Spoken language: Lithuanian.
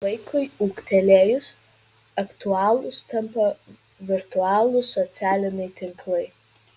vaikui ūgtelėjus aktualūs tampa virtualūs socialiniai tinklai